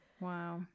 Wow